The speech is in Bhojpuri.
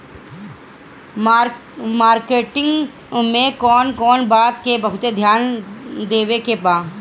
मार्केटिंग मे कौन कौन बात के बहुत ध्यान देवे के बा?